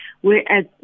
whereas